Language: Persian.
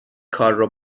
کارو